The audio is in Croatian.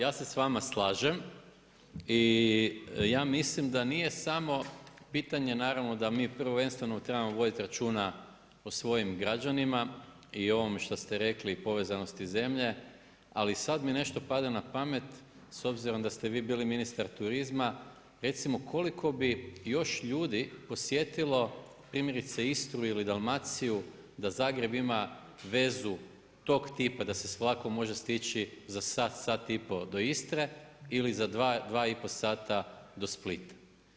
Ja se s vama slažem i ja misli da nije samo pitanje naravno da mi prvenstveno trebamo voditi računa o svojim građanima i o ovome što ste rekli povezanosti zemlje, ali sad mi nešto pada na pamet, s obzirom da ste vi bili ministar turizma, recimo, koliko bi još ljudi posjetilo primjerice Istru ili Dalmaciju, da Zagreb ima vezu tog tipa, da se s vlakom može stići za sat, sat i pol do Istre ili za 2, 2 i pol sata do Splita.